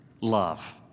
love